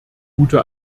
gute